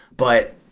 but,